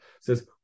says